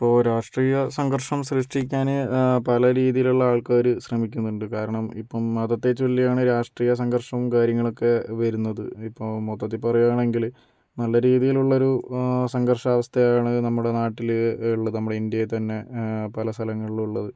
ഇപ്പോൾ രാഷ്ട്രീയ സംഘർഷം സൃഷ്ടിക്കാൻ പല രീതിയിലുള്ള ആൾക്കാർ ശ്രമിക്കുന്നുണ്ട് കാരണം ഇപ്പം മതത്തെ ചൊല്ലിയാണ് രാഷ്ട്രീയ സംഘർഷവും കാര്യങ്ങളൊക്കെ വരുന്നത് ഇനിയിപ്പോൾ മൊത്തത്തിൽ പറയുകയാണെങ്കിൽ നല്ല രീതിയിലുള്ളൊരു സംഘർഷാവസ്ഥയാണ് നമ്മുടെ നാട്ടിൽ ഉള്ളത് നമ്മുടെ ഇന്ത്യയിൽ തന്നെ പല സ്ഥലങ്ങളിലും ഉള്ളത്